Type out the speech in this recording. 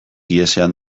ihesean